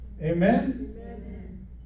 Amen